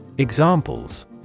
Examples